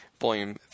volume